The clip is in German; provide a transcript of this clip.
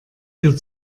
ihr